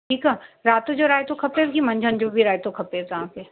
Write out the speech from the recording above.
ठीकु आहे राति जो रायतो खपेस की मंझंदि जो बि रायतो खपेव तव्हांखे